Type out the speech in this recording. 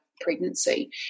pregnancy